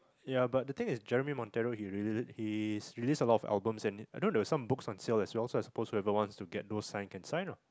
ya but the thing is Jeremy Monteiro he really he's released a lot of albums and I don't know there were some books on sale as well so I suppose whoever wants to get those signed can sign ah